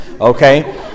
okay